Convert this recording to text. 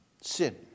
sin